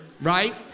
Right